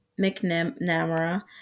McNamara